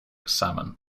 salmon